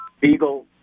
beagle